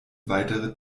weitere